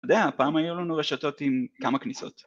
יודע, פעם היו לנו רשתות עם כמה כניסות